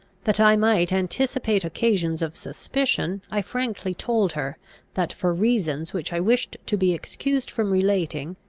that i might anticipate occasions of suspicion, i frankly told her that, for reasons which i wished to be excused from relating,